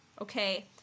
okay